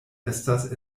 estas